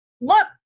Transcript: look